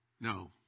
no